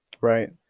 Right